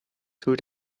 two